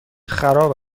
خراب